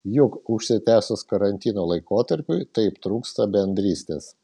juk užsitęsus karantino laikotarpiui taip trūksta bendrystės